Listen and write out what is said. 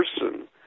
person